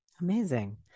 Amazing